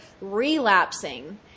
relapsing